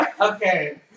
Okay